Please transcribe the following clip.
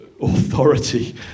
authority